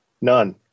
None